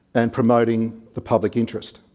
and promoting the public interest.